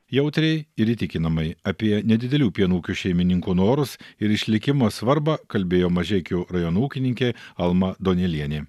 jautriai ir įtikinamai apie nedidelių pieno ūkių šeimininkų norus ir išlikimo svarbą kalbėjo mažeikių rajono ūkininkė alma duonelienė